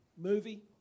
movie